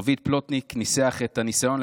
רביד פלוטניק ניסח את הניסיון,